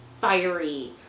fiery